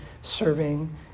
serving